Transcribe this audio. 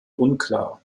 unklar